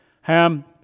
Ham